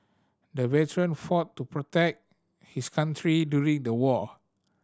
the veteran fought to protect his country during the war